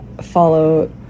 follow